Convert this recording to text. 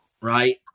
Right